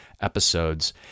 episodes